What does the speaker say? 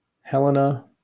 Helena